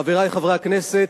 חברי חברי הכנסת,